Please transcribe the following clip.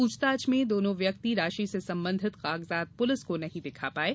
पूछताछ में दोनों व्यक्ति राषि से संबंधित कागजाद पुलिस को नही दिखा पाये